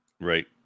Right